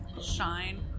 shine